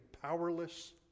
powerless